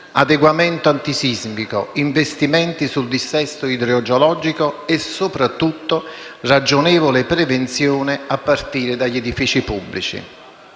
adeguamento antisismico, investimenti sul dissesto idrogeologico e, soprattutto, ragionevole prevenzione a partire dagli edifici pubblici.